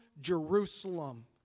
Jerusalem